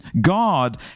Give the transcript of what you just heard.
God